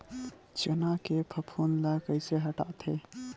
चना के फफूंद ल कइसे हटाथे?